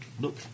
Look